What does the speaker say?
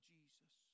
Jesus